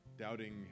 Doubting